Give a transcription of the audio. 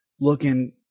looking